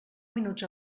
minuts